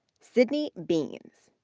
sidnie bienz,